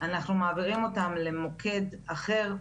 אנחנו מעבירים אותם למוקד אחר,